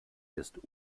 ist